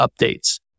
updates